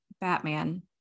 Batman